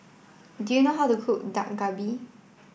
do you know how to cook Dak Galbi